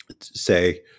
say